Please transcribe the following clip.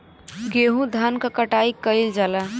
गेंहू धान क कटाई कइल जाला